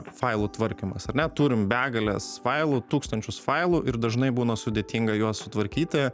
failų tvarkymas ar ne turim begales failų tūkstančius failų ir dažnai būna sudėtinga juos sutvarkyti